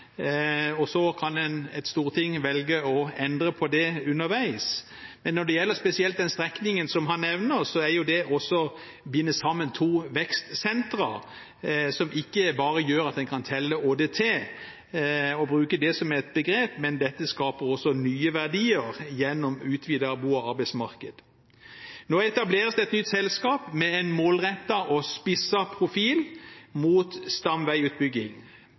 utgangpunktet. Så kan et storting velge å endre på det underveis. Men når det gjelder spesielt den strekningen som han nevner, binder man sammen to vekstsentre, som ikke bare gjør at man kan telle ÅDT og bruke det som et begrep, dette skaper også nye verdier gjennom et utvidet bo- og arbeidsmarked. Nå etableres det et nytt selskap med en målrettet og spisset profil mot stamveiutbygging.